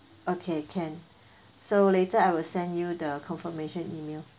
okay can so later I will send you the confirmation email